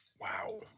Wow